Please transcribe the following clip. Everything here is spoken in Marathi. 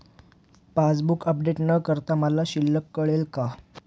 पासबूक अपडेट न करता मला शिल्लक कळेल का?